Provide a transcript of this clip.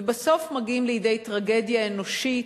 ובסוף מגיעים לידי טרגדיה אנושית,